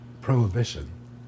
prohibition